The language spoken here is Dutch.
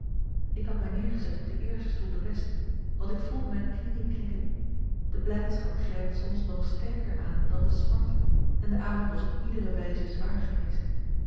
ik had mij neergezet op den eersten stoel den beste want ik voelde mijne knieën knikken de blijdschap grijpt soms nog sterker aan dan de smart en de avond was op iedere wijze zwaar geweest